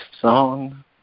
song